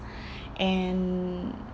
and